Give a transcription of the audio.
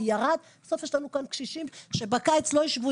בסוף יש לנו כאן קשישים שבקיץ לא יישבו